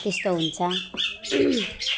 त्यस्तो हुन्छ